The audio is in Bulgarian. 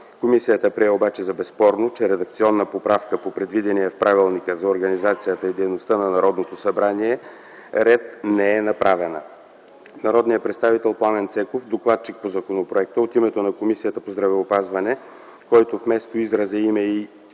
Комисията прие обаче за безспорно, че редакционна поправка по предвидения в Правилника за организацията и дейността на Народното събрание ред не е направена. Народният представител Пламен Цеков, докладчик по законопроекта от името на Комисията по здравеопазване, който вместо израза „име